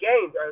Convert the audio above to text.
games